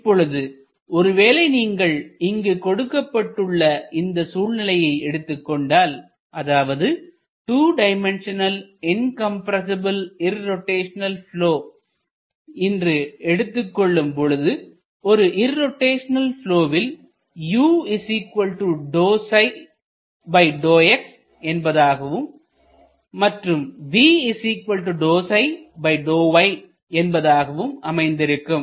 இப்பொழுது ஒருவேளை நீங்கள் இங்கு கொடுக்கப்பட்டுள்ள இந்த சூழ்நிலையை எடுத்துக்கொண்டால் அதாவது 2 டைமென்ஷநல் இன்கம்ரசிபில்இர்ரோட்டைஷனல் ப்லொ இன்று எடுத்துக் கொள்ளும் பொழுது ஒரு இர்ரோட்டைஷனல் ப்லொவில் என்பதாகவும் மற்றும் என்பதாகவும் அமைந்திருக்கும்